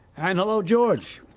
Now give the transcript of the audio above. and hello, george.